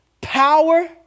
power